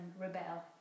rebel